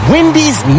Wendy's